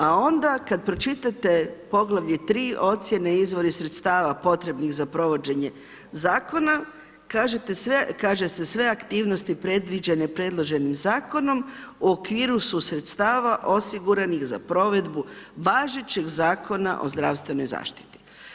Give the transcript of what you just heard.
A onda kad pročitate poglavlje III, ocjene i izvori sredstava potrebnih za provođenje Zakona, kaže se sve aktivnosti predviđene predloženim Zakonom u okviru su sredstava osiguranih za provedbu važećeg Zakona o zdravstvenoj zaštiti.